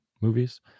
movies